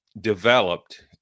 developed